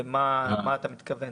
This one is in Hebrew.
למה אתה מתכוון?